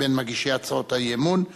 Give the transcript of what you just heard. הכנסת (תיקון, כינוס הכנסת בתקופת הפגרה),